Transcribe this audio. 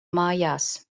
mājās